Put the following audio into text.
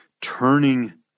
turning